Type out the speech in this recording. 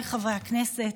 חברי הכנסת,